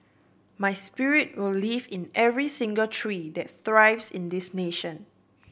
my spirit will live in every single tree that thrives in this nation